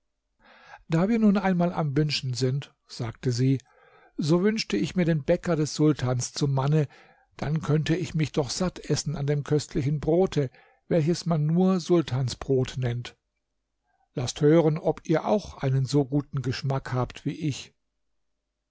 da wir nun einmal am wünschen sind sagte sie so wünschte ich mir den bäcker des sultans zum manne dann könnte ich mich doch satt essen an dem köstlichen brote welches man nur sultansbrot nennt laßt hören ob ihr auch einen so guten geschmack habt wie ich